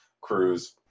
Cruz